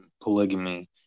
polygamy